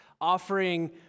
offering